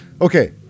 Okay